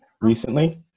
recently